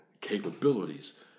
capabilities